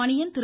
Maniyan Thiru